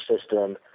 system